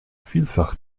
vielfach